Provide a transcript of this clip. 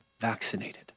vaccinated